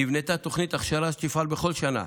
נבנתה תוכנית הכשרה שתפעל בכל שנה,